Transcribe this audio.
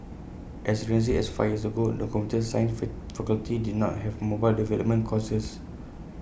as recently as five years ago the computer science fee faculty did not have mobile development courses